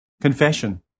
Confession